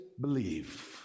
believe